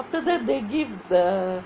after that they give the